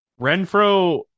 Renfro